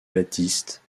baptiste